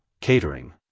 catering